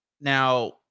now